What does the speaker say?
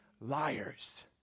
liars